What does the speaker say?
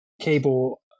Cable